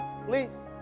Please